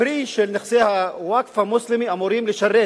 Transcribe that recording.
הפרי של נכסי הווקף המוסלמי אמור לשרת